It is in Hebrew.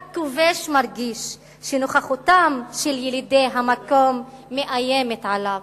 רק כובש מרגיש שנוכחותם של ילידי המקום מאיימת עליו.